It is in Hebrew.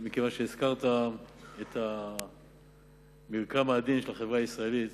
מכיוון שהזכרת את המרקם העדין של החברה הישראלית.